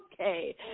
okay